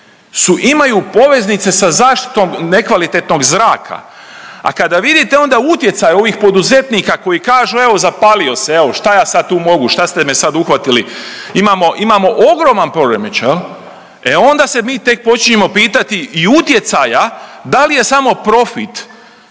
su imaju poveznice sa zaštitom nekvalitetnog zraka, a kada vidite onda utjecaj ovih poduzetnika koji kažu evo zapalio se, evo šta ja sad tu mogu, šta ste me sad uhvatili, imamo ogroman poremećaj, e onda se mi tek počinjemo pitati i utjecaja da li je samo profit